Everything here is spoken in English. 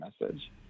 message